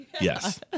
yes